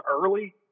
early